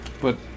But-